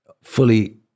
fully